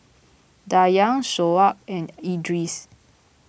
Dayang Shoaib and Idris